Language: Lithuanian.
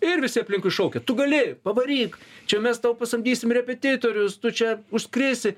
ir visi aplinkui šaukia tu gali pavaryk čia mes tau pasamdysim repetitorius tu čia užskrisi